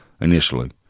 Initially